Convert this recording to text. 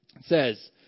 says